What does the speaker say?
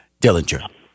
Dillinger